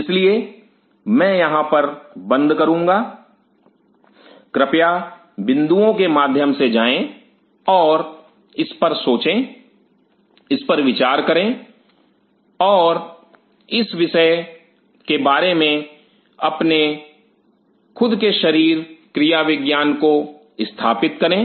इसलिए मैं यहां पर बंद करूंगा कृपया बिंदुओं के माध्यम से जाएं और इस पर सोचें इस पर विचार करें और इस विषय के बारे में अपने खुद के शरीर क्रियाविज्ञान को स्थापित करें